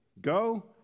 go